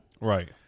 Right